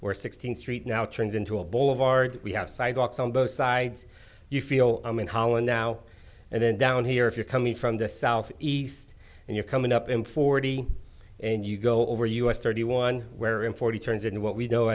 where sixteenth street now turns into a bowl of art we have sidewalks on both sides you feel i'm in holland now and then down here if you're coming from the south east and you're coming up in forty and you go over us thirty one where in forty turns and what we know